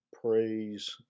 praise